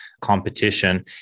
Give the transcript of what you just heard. competition